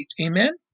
amen